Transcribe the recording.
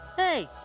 hey,